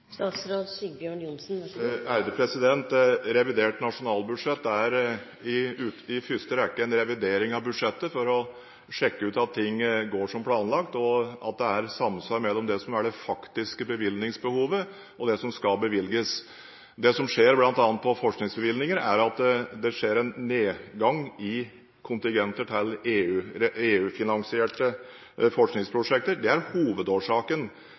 Revidert nasjonalbudsjett er i første rekke en revidering av budsjettet for å sjekke ut at ting går som planlagt, og at det er samsvar mellom det som er det faktiske bevilgningsbehovet, og det som skal bevilges. Det som skjer bl.a. på forskningsbevilgninger, er at det er en nedgang i kontingenter til EU-finansierte forskningsprosjekter. Det er hovedårsaken